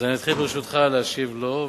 אז אתחיל, ברשותך, להשיב לו.